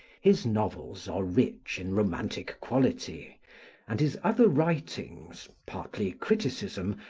his novels are rich in romantic quality and his other writings partly criticism,